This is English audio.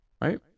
right